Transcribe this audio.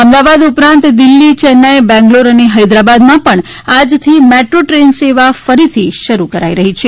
અમદાવાદ ઉપરાંત દિલ્હી ચેન્નાઈ બેંગલુરૂ અને હૈદરાબાદમાં પણ આજથી મેટ્રો ટ્રેન સેવા ફરીથી શરૂ કરાશે